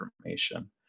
information